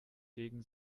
gegen